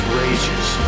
rages